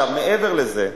מעבר לזה,